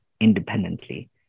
independently